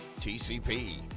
TCP